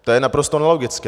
To je naprosto nelogické.